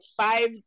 five